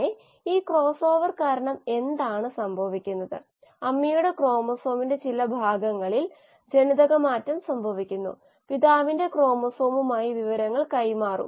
medium ഒന്നുകിൽ സങ്കീർണ്ണമോ നിർവചിക്കാവുന്നതോ ആകാം നിർവചിച്ചിരിക്കുന്നത് അവിടെയുള്ളതെല്ലാം നമുക്ക് അറിയാമെന്നാണ് സങ്കീർണ്ണമായ അർത്ഥം നമുക്ക് മീഡിയത്തിന്റെ എല്ലാ വിശദാംശങ്ങളും അറിയില്ലായിരിക്കാം